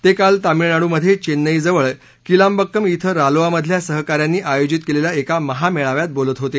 ते काल तामिळनाडूमध्ये चेन्नईजवळ किलाम्बक्कम इथं रालोआमधल्या सहकाऱ्यांनी आयोजित केलेल्या एका महामेळाव्यात बोलत होते